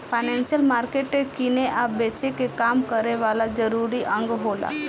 financial market किने आ बेचे के काम करे वाला जरूरी अंग होला